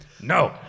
No